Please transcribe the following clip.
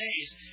days